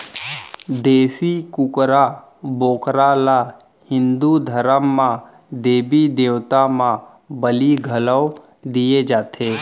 देसी कुकरा, बोकरा ल हिंदू धरम म देबी देवता म बली घलौ दिये जाथे